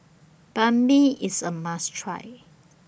Banh MI IS A must Try